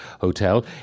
Hotel